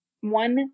One